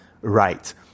right